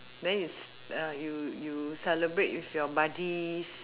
then you you you celebrate with your buddies